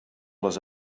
les